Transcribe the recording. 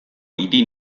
hiri